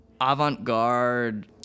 avant-garde